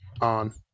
on